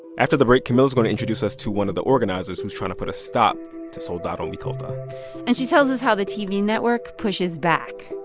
after the break, camila's going to introduce us to one of the organizers who's trying to put a stop to soldado micolta and she tells us how the tv network pushes back,